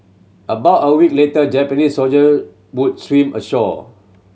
about a week later Japanese soldier would swim ashore